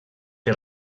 que